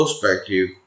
perspective